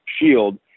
shield